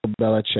Belichick